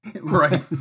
right